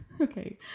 Okay